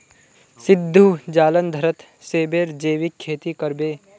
सिद्धू जालंधरत सेबेर जैविक खेती कर बे